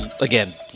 again